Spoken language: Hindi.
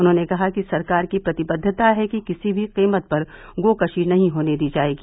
उन्होंने कहा कि सरकार की प्रतिबद्वता है कि किसी भी कीमत पर गोकशी नहीं होने दी जायेगी